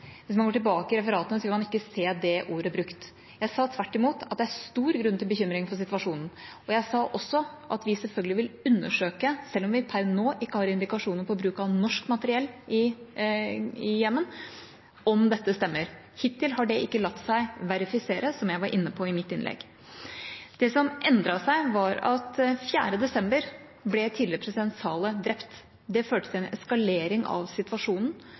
Hvis man går tilbake i referatene, vil man ikke se de ordene brukt. Jeg sa tvert imot at det var stor grunn til bekymring for situasjonen. Jeg sa også at vi selvfølgelig ville undersøke – selv om vi per nå ikke har indikasjoner om bruk av norsk materiell i Jemen – om dette stemmer. Hittil har det ikke latt seg verifisere, som jeg var inne på i mitt innlegg. Det som endret seg, var at tidligere president Saleh ble drept den 4. desember. Det førte til en eskalering av situasjonen,